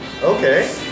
Okay